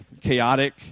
chaotic